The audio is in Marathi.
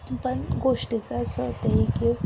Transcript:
पण गोष्टीचं असं होतं आहे की